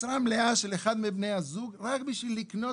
משרה מלאה של אחד מבני הזוג רק בשביל לקנות